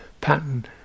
pattern